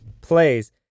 plays